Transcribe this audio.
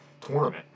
tournament